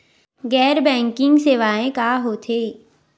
गैर बैंकिंग सेवाएं का होथे?